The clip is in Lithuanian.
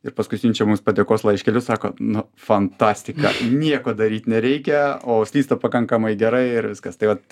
ir paskui siunčia mums padėkos laiškelius sako nu fantastika nieko daryt nereikia o slysta pakankamai gerai ir viskas tai vat